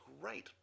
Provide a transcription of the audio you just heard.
great